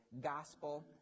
gospel